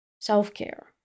self-care